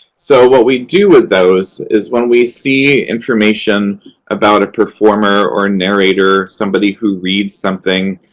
so, what we do with those is when we see information about a performer or narrator, somebody who reads something,